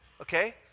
okay